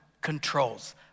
controls